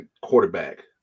quarterback